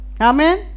Amen